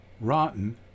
Rotten